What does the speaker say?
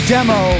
Demo